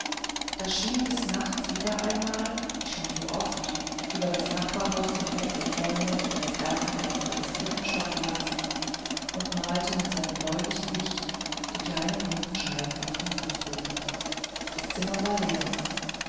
da schien eines nachts wieder einmal wie schon so oft über das nachbarhaus hinweg der vollmond in das erkerfenster des dritten stockwerks und malte mit seinem bläulichen licht die kleinen runden scheiben auf den fußboden das zimmer war leer